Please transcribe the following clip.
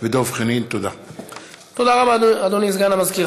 דוד ביטן ואראל מרגלית בנושא: